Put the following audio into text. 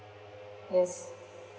yes